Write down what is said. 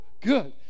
good